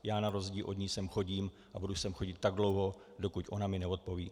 Já na rozdíl od ní sem chodím a budu sem chodit tak dlouho, dokud ona mi neodpoví.